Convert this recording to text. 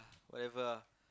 whatever ah